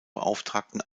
beauftragten